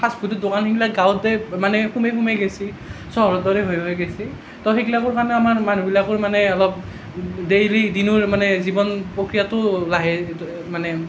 fast ফুডৰ দোকানবিলাক গাঁৱতে মানে সোমেই সোমেই গৈছে চহৰৰ দৰে হৈ হৈ গৈছে ত' সেইগিলাকোৰ কাৰণে আমাৰ মানুহবিলাকৰ মানে অলপ ডেইলী দিনৰ মানে জীৱন প্ৰক্ৰিয়াটো লাহে মানে